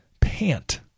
pant